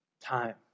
Time